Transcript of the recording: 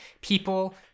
people